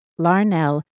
Larnell